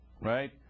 right